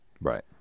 Right